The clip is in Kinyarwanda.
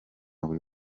buri